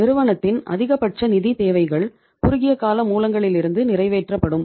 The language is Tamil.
நிறுவனத்தின் அதிகபட்ச நிதி தேவைகள் குறுகியகால மூலங்களிலிருந்து நிறைவேற்றப்படும்